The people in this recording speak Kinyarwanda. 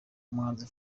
umuhanzi